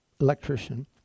electrician